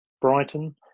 Brighton